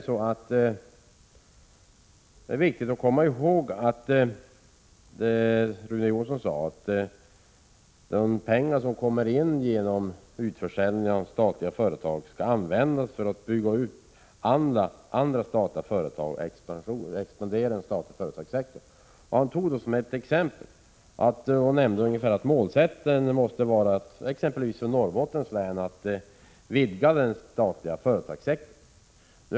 Rune Jonsson sade att de pengar som kommer in genom utförsäljning av statliga företag skall användas för att bygga ut andra statliga företag, dvs. för expansion av den statliga företagssektorn.